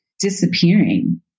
disappearing